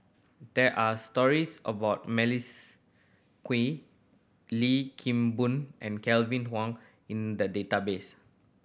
there are stories about Melissa Kwee Lim Kim Boon and Kevin Kwan In the database